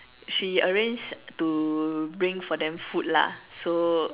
she arranged to bring for them food lah so